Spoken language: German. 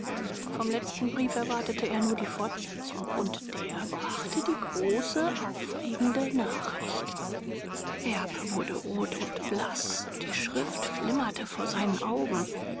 vom letzten brief erwartete er nur die fortsetzung und der brachte die große aufregende nachricht erb wurde rot und blaß die schrift flimmerte vor seinen augen